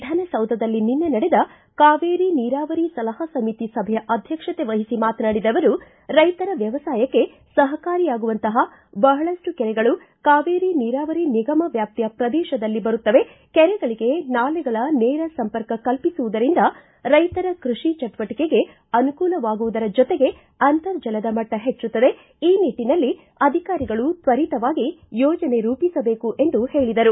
ವಿಧಾನಸೌಧದಲ್ಲಿ ನಿನ್ನೆ ನಡೆದ ಕಾವೇರಿ ನೀರಾವರಿ ಸಲಹಾ ಸಮಿತಿ ಸಭೆಯ ಅಧ್ಯಕ್ಷಕೆ ವಹಿಸಿ ಮಾತನಾಡಿದ ಅವರು ರೈತರ ವ್ಯವಸಾಯಕ್ಕೆ ಸಹಕಾರಿಯಾಗುವಂತಪ ಬಹಳಷ್ಟು ಕೆರೆಗಳು ಕಾವೇರಿ ನೀರಾವರಿ ನಿಗಮ ವ್ಯಾಪ್ತಿಯ ಪ್ರದೇಶದಲ್ಲಿ ಬರುತ್ತವೆ ಕೆರೆಗಳಿಗೆ ನಾಲೆಗಳ ನೇರ ಸಂಪರ್ಕ ಕಲ್ಪಿಸುವುರಿಂದ ರೈತರ ಕೃಷಿ ಜೆಟುವಟಿಕೆಗೆ ಅನುಕೂಲವಾಗುವುದರ ಜೊತೆಗೆ ಅಂತರ್ಜಲದ ಮಟ್ಟ ಹೆಚ್ಚುತ್ತದೆ ಈ ನಿಟ್ಟನಲ್ಲಿ ಅಧಿಕಾರಿಗಳು ತ್ವರಿತವಾಗಿ ಯೋಜನೆ ರೂಪಿಸಬೇಕು ಎಂದು ಹೇಳಿದರು